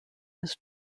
his